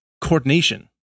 coordination